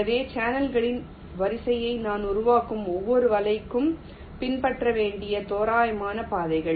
எனவே சேனல்களின் வரிசையை நான் உருவாக்கும் ஒவ்வொரு வலைகளுக்கும் பின்பற்றப்பட வேண்டிய தோராயமான பாதைகள்